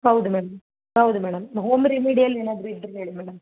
ಹೌದು ಮ್ಯಾಮ್ ಹೌದು madam home remedial ಏನಾದರು ಇದ್ದರೆ ಹೇಳಿ ಮೇಡಮ್